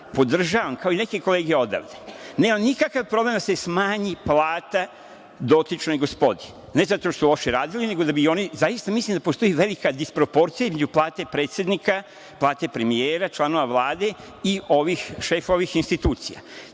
podržavam, kao i neke kolege odavde, nemam nikakav problem da se smanji plata dotičnoj gospodi, ne zato što su loše radili, nego zaista mislim da postoji velika disproporcija između plate predsednika, plate premijera, članova Vlade i šefova ovih institucija.